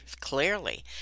clearly